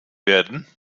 werden